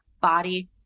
body